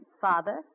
Father